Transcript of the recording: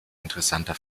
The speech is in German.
interessanter